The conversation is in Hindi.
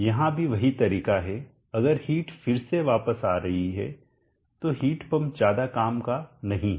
यहाँ भी वही तरीका हैअगर हिट फिर से वापस आ रही है तो हिट पंप ज्यादा काम का नहीं है